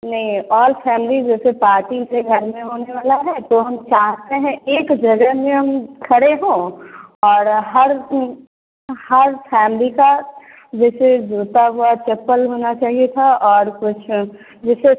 नहीं all family जैसे party मेरे घर में होने वाला है तो हम चाहते हैं एक जगह में हम खड़े हों और हर हर फैमिली का जैसे जूता वा चप्पल होना चाहिए था और कुछ जैसे